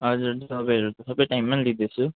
हजुर दबाईहरू त सब टाइममा लिँदैछु